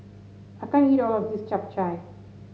I can't eat all of this Chap Chai